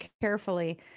carefully